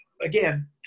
Again